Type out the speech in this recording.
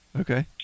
Okay